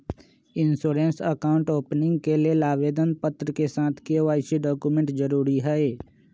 insurance account opening के लेल आवेदन पत्र के साथ के.वाई.सी डॉक्यूमेंट जरुरी हइ